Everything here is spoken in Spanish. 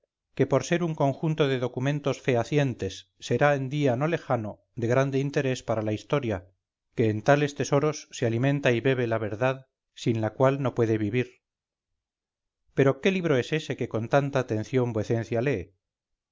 que por ser un conjunto de documentos fehacientes será en día no lejano de grande interés para la historia que en tales tesoros se alimenta y bebe la verdad sin la cual no puede vivir pero qué libro es ése que con tanta atención vuecencia lee